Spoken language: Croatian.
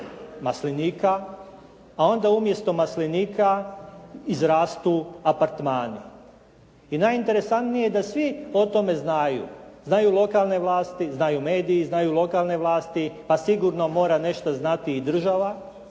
maslinika a onda umjesto maslinika izrastu apartmani. I najinteresantnije je da svi o tome znaju, znaju lokalne vlasti, znaju mediji, znaju lokalne vlasti pa sigurno mora nešto znati i država.